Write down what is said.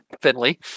Finley